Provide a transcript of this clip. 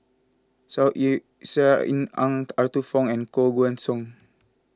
Saw Ean seal in Ang Arthur Fong and Koh Guan Song